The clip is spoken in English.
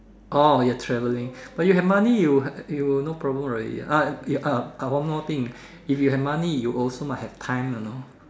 orh your traveling but you have money you uh you no problem already ah uh ah one more thing if you have money you also must have time you know